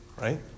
Right